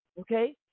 Okay